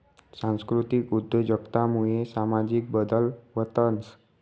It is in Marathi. सांस्कृतिक उद्योजकता मुये सामाजिक बदल व्हतंस